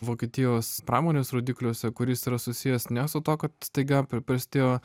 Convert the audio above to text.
vokietijos pramonės rodikliuose kuris yra susijęs ne su tuo kad staiga pra prasidėjo